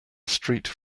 street